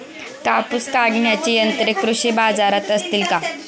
कापूस काढण्याची यंत्रे कृषी बाजारात असतील का?